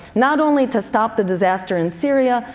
not only to stop the disaster in syria,